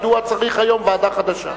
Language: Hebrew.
מדוע צריך היום ועדה חדשה?